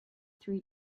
three